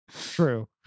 true